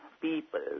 people